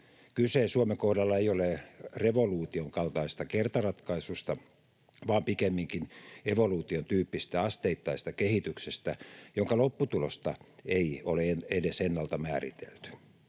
Kyse Suomen kohdalla ei ole revoluution kaltaisesta kertaratkaisusta vaan pikemminkin evoluution tyyppisestä asteittaisesta kehityksestä, jonka lopputulosta ei ole edes ennalta määritelty.